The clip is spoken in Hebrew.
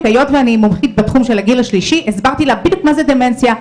היות ואני מומחית בתחום של הגיל השלישי הסברתי לה בדיוק מה זה דמנציה,